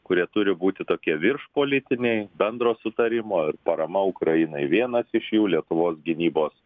kurie turi būti tokie virš politiniai bendro sutarimo ir parama ukrainai vienas iš jų lietuvos gynybos